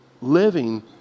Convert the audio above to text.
living